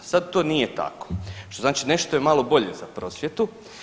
Sad to nije takom, što znači nešto je malo bolje za prosvjetu.